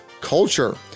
culture